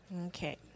Okay